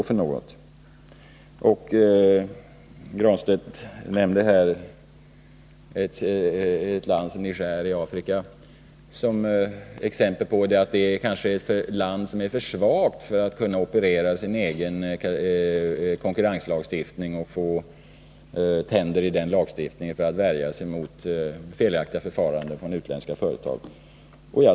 Pär Granstedt nämnde Niger i Afrika som exempel på länder som kanske är för svaga för att kunna operera med sin egen konkurrenslagstiftning och ge den tänder för att värja sig mot felaktiga förfaranden från utländska företag.